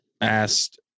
asked